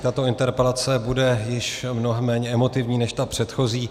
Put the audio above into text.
Tato interpelace bude již mnohem méně emotivní než ta předchozí.